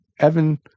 Evan